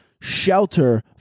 shelter